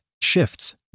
Shifts